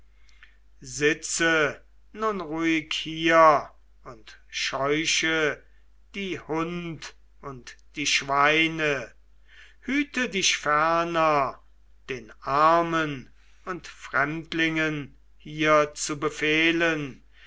sitze nun ruhig hier und scheuche die hund und die schweine hüte dich ferner den armen und fremdlingen hier zu befehlen